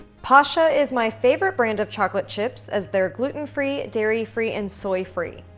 pascha is my favorite brand of chocolate chips as they're gluten-free, dairy-free, and soy-free.